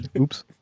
Oops